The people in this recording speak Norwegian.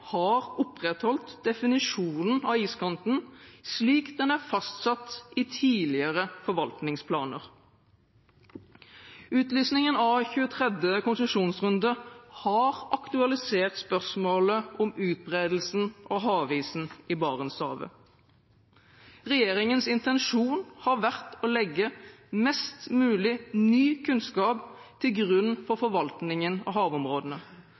har opprettholdt definisjonen av iskanten slik den er fastsatt i tidligere forvaltningsplaner. Utlysningen av 23. konsesjonsrunde har aktualisert spørsmålet om utbredelsen av havisen i Barentshavet. Regjeringens intensjon har vært å legge mest mulig ny kunnskap til grunn for forvaltningen av havområdene.